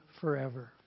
forever